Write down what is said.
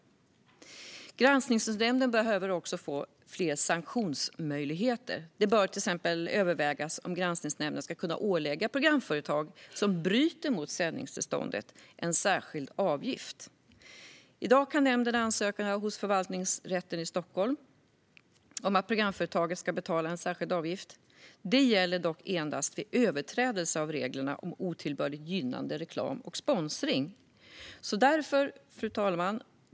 Granskningsnämnden behöver också få fler sanktionsmöjligheter. Det bör till exempel övervägas om Granskningsnämnden ska kunna ålägga programföretag som bryter mot sändningstillståndet en särskild avgift. I dag kan nämnden ansöka hos Förvaltningsrätten i Stockholm om att ett programföretag ska betala en särskild avgift. Det gäller dock endast vid överträdelse av reglerna om otillbörligt gynnande reklam och sponsring. Fru talman!